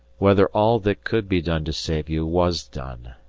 whether all that could be done to save you was done.